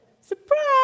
surprise